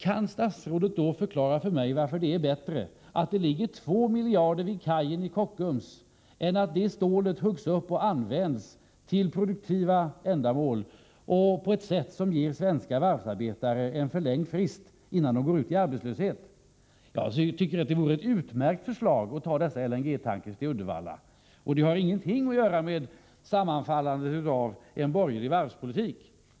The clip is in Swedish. Kan statsrådet Carlsson förklara för mig varför det är bättre att det ligger 2 miljarder vid kajen hos Kockums än att stålet huggs upp och används till produktiva ändamål, på ett sätt som ger svenska varvsarbetare en förlängd frist innan de går ut i arbetslöshet? Jag tycker att det var ett utmärkt förslag att ta dessa LNG-tankrar till Uddevalla. Det har ingenting att göra med en borgerlig varvspolitik.